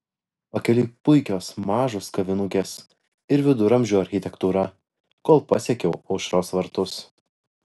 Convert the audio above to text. pakeliui puikios mažos kavinukės ir viduramžių architektūra kol pasiekiau aušros vartus